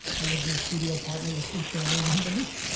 i lived in a studio apartment with eight family members.